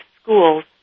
schools